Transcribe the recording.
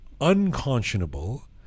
unconscionable